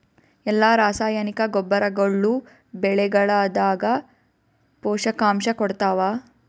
ಎಲ್ಲಾ ರಾಸಾಯನಿಕ ಗೊಬ್ಬರಗೊಳ್ಳು ಬೆಳೆಗಳದಾಗ ಪೋಷಕಾಂಶ ಕೊಡತಾವ?